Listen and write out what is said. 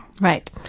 Right